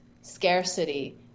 scarcity